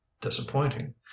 disappointing